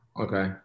Okay